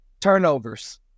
turnovers